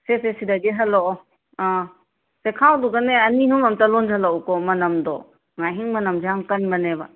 ꯁꯦ ꯁꯦ ꯁꯤꯗꯒꯤ ꯍꯜꯂꯛꯑꯣ ꯑꯥ ꯆꯦꯈꯥꯎꯗꯨꯒꯅꯦ ꯑꯅꯤꯍꯨꯝ ꯑꯝꯇ ꯂꯣꯟꯖꯤꯜꯂꯛꯎꯀꯣ ꯃꯅꯝꯗꯣ ꯉꯥꯍꯤꯡ ꯃꯅꯝꯁꯦ ꯌꯥꯝꯅ ꯀꯟꯕꯅꯦꯕ